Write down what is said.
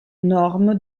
normes